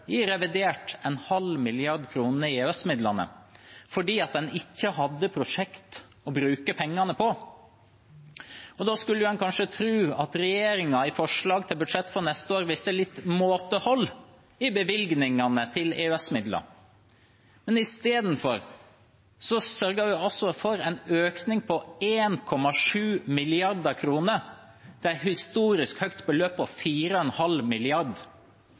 i revidert fordi en ikke hadde prosjekt å bruke pengene på. Da skulle en kanskje tro at regjeringen i forslag til budsjett for neste år viste litt måtehold i bevilgningene til EØS-midler, men i stedet sørger de altså for en økning på 1,7 mrd. kr – til et historisk høyt beløp på 4,5